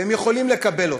והם יכולים לקבל אותה.